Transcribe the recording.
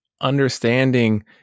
understanding